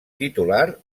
titular